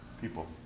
people